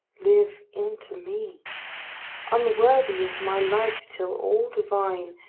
live into me unworthy is my life till all divine,